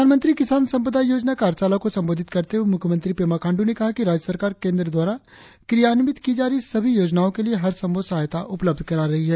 प्रधानमंत्री किसान संपदा योजना कार्यशाला को संबोधित करते हुए मुख्यमंत्री पेमाखांडू ने कहा कि राज्य सरकार केंद्र द्वारा क्रियान्वित की जा रही सभी योजनाओं के लिए हर संभव सहायता उपलब्ध करा रही है